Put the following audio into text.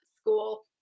school